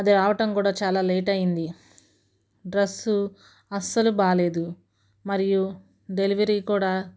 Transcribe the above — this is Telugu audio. అది రావటం కూడా చాలా లేట్ అయ్యింది డ్రెస్సు అస్సలు బాగోలేదు మరియు డెలివరీ కూడా